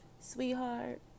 sweetheart